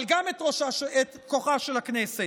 אבל גם את כוחה של הכנסת.